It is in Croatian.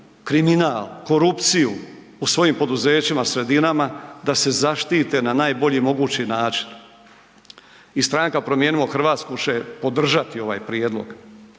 kriminal, korupciju u svojim poduzećima, sredinama da se zaštite na najbolji mogući način i Stranka Promijenimo Hrvatsku će podržati ovaj prijedlog.